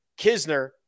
Kisner